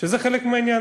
וזה חלק מהעניין.